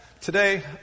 Today